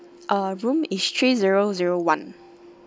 uh room is three zero zero one